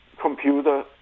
computer